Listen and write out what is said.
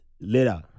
later